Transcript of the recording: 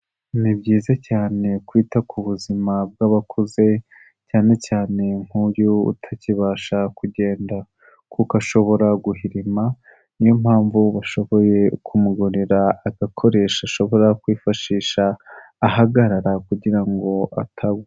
Ni byiza cyane kwita ku buzima bw'abakuze, cyane cyane nk'uyu utakibasha kugenda kuko ashobora guhirima, ni yo mpamvu bashoboye kumugurira agakoresho ashobora kwifashisha ahagarara kugira ngo atagwa.